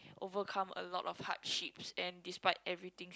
overcome a lot of hardships and despite everything